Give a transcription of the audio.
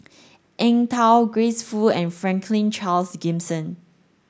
Eng Tow Grace Fu and Franklin Charles Gimson